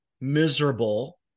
miserable